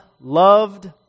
loved